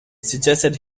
suggested